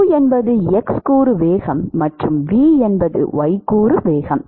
u என்பது x கூறு வேகம் மற்றும் v என்பது y கூறு வேகம்